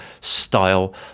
style